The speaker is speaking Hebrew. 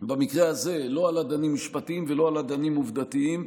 במקרה הזה לא על אדנים משפטיים ולא על אדנים עובדתיים.